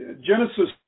genesis